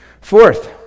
Fourth